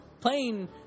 playing